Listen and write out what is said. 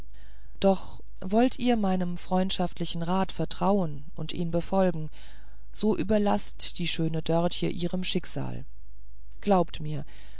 doch wollt ihr meinem freundschaftlichen rat vertrauen und ihn befolgen so überlaßt die schöne dörtje ihrem schicksal glaubt mir